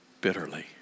bitterly